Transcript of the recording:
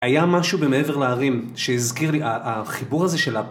היה משהו במעבר להרים שהזכיר לי, החיבור הזה של הפרק.